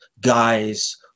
guys